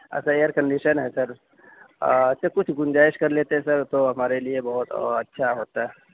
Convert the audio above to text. اچھا air condition ہے sir اچھا کچھ گُنجائش کر لیتے سر تو ہمارے لیے بہت اچھا ہوتا